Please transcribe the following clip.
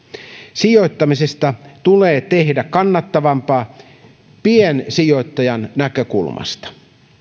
sijoittamisesta tulee tehdä kannattavampaa piensijoittajan näkökulmasta